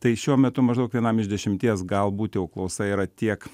tai šiuo metu maždaug vienam iš dešimties gal būt jau klausa yra tiek